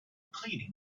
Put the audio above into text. cleaning